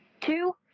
two